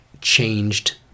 changed